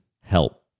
help